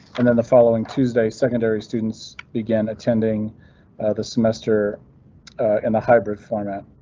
and then the following tuesday secondary students began attending the semester in the hybrid format.